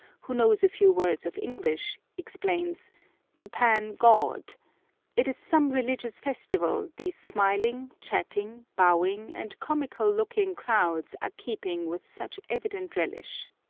who knows a few words of english, explains japan god it is some religious festival these smiling, chatting, bowing, and comical-looking crowds are keeping with such evident relish.